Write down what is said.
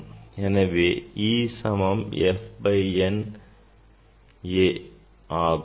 எனவே e சமம் F by N A ஆகும்